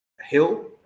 hill